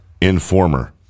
informer